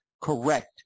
correct